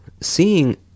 seeing